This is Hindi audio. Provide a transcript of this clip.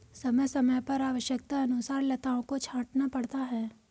समय समय पर आवश्यकतानुसार लताओं को छांटना पड़ता है